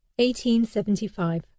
1875